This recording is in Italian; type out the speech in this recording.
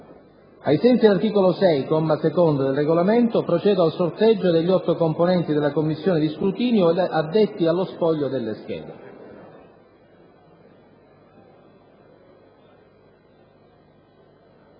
Ai sensi dell’articolo 6, comma 2, del Regolamento, procedo al sorteggio degli otto componenti della Commissione di scrutinio, addetti allo spoglio delle schede.